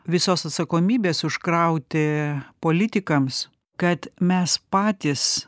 visos atsakomybės užkrauti politikams kad mes patys